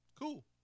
Cool